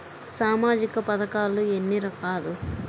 సామాజిక పథకాలు ఎన్ని రకాలు?